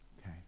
Okay